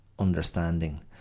understanding